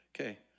Okay